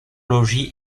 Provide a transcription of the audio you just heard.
logis